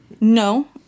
No